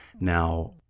Now